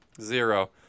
Zero